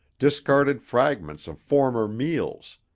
discarded fragments of former meals,